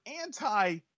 anti